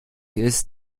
ist